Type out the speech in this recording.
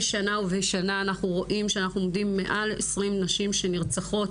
שנה ושנה אנחנו רואים שאנחנו עומדים על מעל 20 נשים שנרצחות.